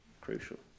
crucial